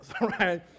right